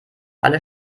alle